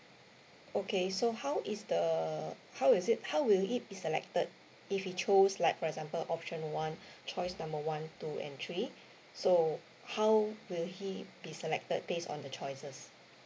okay so how is the how is it how will it be selected if he chose like for example option one choice number one two and three so how will he be selected base on the choices